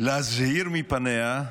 להזהיר מפניה,